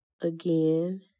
Again